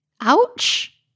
Ouch